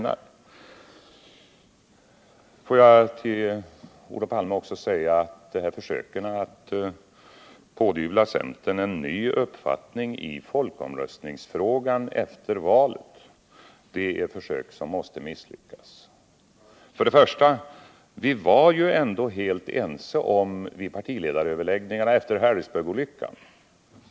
Vidare vill jag säga till Olof Palme att försöken att pådyvla centern en ny uppfattning i folkomröstningsfrågan efter valet är försök som måste misslyckas. Först och främst var vi ju helt ense vid partiledaröverläggningarna efter Harrisburgsolyckan.